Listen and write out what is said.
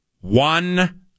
one